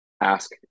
ask